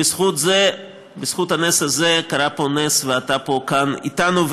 בזכות זה קרה פה נס, ואתה פה כאן אתנו.